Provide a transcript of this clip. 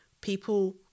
People